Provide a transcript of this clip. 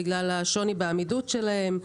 בגלל השוני בעמידות שלהן.